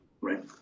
Right